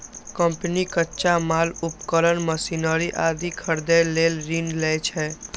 company कच्चा माल, उपकरण, मशीनरी आदि खरीदै लेल ऋण लै छै